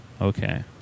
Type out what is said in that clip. Okay